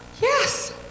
yes